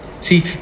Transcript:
See